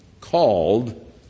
called